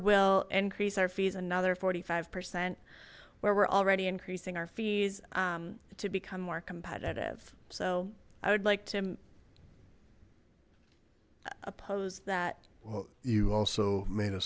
will increase our fees another forty five percent where we're already increasing our fees to become more competitive so i would like to oppose that you also made a